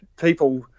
people